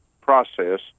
process